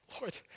Lord